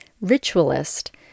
ritualist